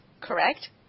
correct